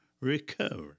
recover